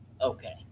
Okay